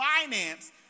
finance